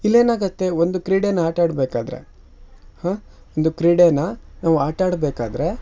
ಇಲ್ಲೇನಾಗತ್ತೆ ಒಂದು ಕ್ರೀಡೆನ ಆಟಾಡಬೇಕಾದ್ರೆ ಹಾಂ ಒಂದು ಕ್ರೀಡೆನ ನಾವು ಆಟಾಡಬೇಕಾದ್ರೆ